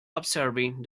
observing